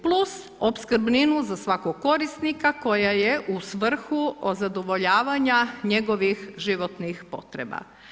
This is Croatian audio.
Plus opskrbninu za svakog korisnika koja je u svrhu zadovoljavanja njegovih životnih potreba.